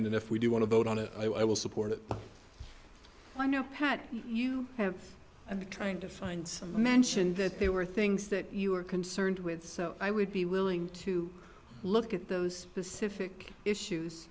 n and if we do want to vote on it i will support it i know that you have and trying to find some mention that there were things that you were concerned with so i would be willing to look at those specific issues